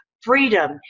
freedom